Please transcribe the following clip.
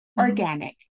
Organic